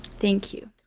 thank you.